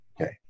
Okay